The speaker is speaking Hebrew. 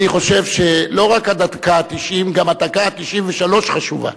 אני חושב שלא רק הדקה ה-90, גם הדקה ה-93 חשובה.